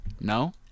no